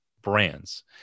brands